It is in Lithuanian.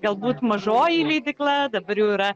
galbūt mažoji leidykla dabar jau yra